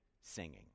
singing